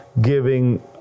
giving